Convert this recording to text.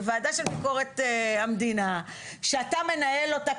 בוועדה של ביקורת המדינה שאתה מנהל אותה,